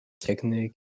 technique